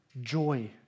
joy